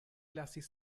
lasis